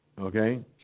okay